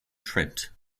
trent